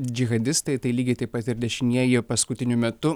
džihadistai tai lygiai taip pat ir dešinieji paskutiniu metu